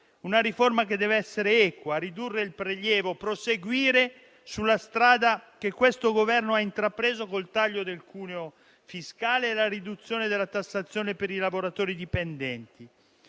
una riforma che deve essere equa, ridurre il prelievo e proseguire sulla strada che questo Governo ha intrapreso con il taglio del cuneo fiscale e la riduzione della tassazione per i lavoratori dipendenti.